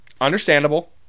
understandable